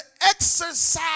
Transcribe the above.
exercise